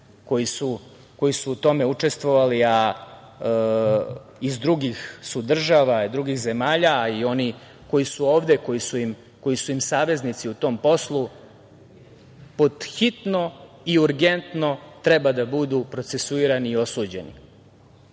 koji su u tome učestvovali, a iz drugih su država, drugih zemalja, a i oni koji su ovde, koji su im saveznici u tom poslu, pod hitno i urgentno treba da budu procesuirani i osuđeni. Ja